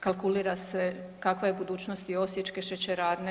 Kalkulira se kakva je budućnost i Osječke šećerane.